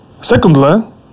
Secondly